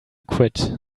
quit